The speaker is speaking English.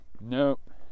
Nope